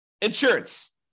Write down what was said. insurance